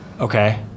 Okay